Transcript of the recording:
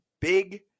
big